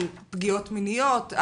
על פגיעות מיניות,